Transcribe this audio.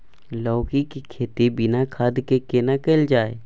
लौकी के खेती बिना खाद के केना कैल जाय?